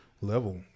level